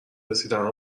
رسیدن